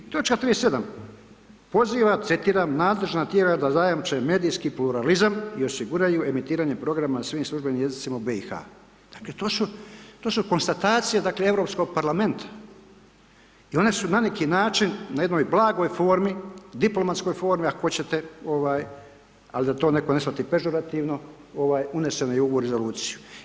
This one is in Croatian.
I točka 37., poziva, citiram:“ nadležna tijela da zajamče medijski pluralizam i osiguraju emitiranje programa na svim službenim jezicima u BiH.“ Dakle, to su, to su konstatacije dakle Europskog parlamenta, i one su na neki način, na jednoj blagoj formi, diplomatskoj formi ako hoćete, al' da to netko ne shvati pežurativno ovaj, unesene i u ovu rezoluciju.